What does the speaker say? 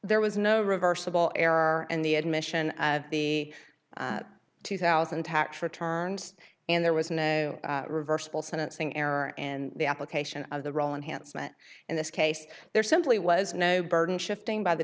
there was no reversible error and the admission of the two thousand tax returns and there was no reversible sentencing error and the application of the role and handsome and in this case there simply was no burden shifting by the